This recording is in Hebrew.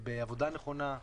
בעבודה נכונה,